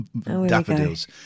daffodils